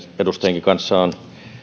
edustajankin kanssa on